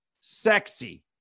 sexy